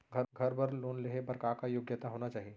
घर बर लोन लेहे बर का का योग्यता होना चाही?